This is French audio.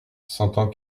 sentant